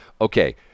okay